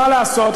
מה לעשות,